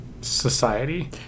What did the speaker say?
society